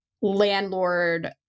landlord